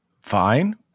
fine